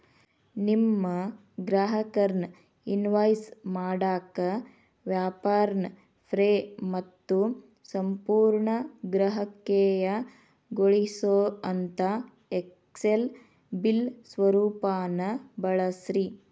ನಿಮ್ಮ ಗ್ರಾಹಕರ್ನ ಇನ್ವಾಯ್ಸ್ ಮಾಡಾಕ ವ್ಯಾಪಾರ್ನ ಫ್ರೇ ಮತ್ತು ಸಂಪೂರ್ಣ ಗ್ರಾಹಕೇಯಗೊಳಿಸೊಅಂತಾ ಎಕ್ಸೆಲ್ ಬಿಲ್ ಸ್ವರೂಪಾನ ಬಳಸ್ರಿ